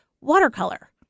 watercolor